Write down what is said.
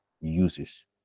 uses